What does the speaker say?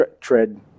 tread